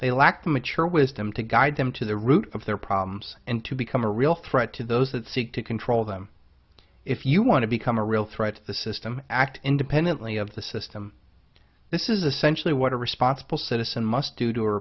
they lack the mature wisdom to guide them to the root of their problems and to become a real threat to those that seek to control them if you want to become a real threat to the system act independently of the system this is essentially what a responsible citizen must do to